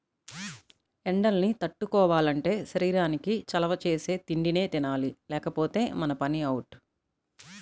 ఎండల్ని తట్టుకోవాలంటే శరీరానికి చలవ చేసే తిండినే తినాలి లేకపోతే మన పని అవుటే